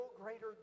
greater